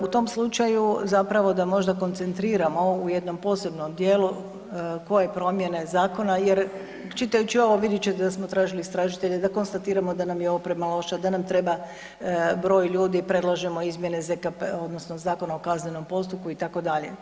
U tom slučaju zapravo da možda koncentriram ovo u jednom posebnom dijelu koje promjene zakona jer čitajući ovo vidjet ćete da smo tražili istražitelje da konstatiramo da nam je ovo premalo … [[Govornik se ne razumije]] da nam treba broj ljudi, predlažemo izmjene ZKP-a odnosno Zakona o kaznenom postupku itd.